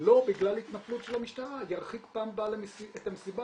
לא בגלל התנפלות של המשטרה ירחיק בפעם הבאה את המסיבה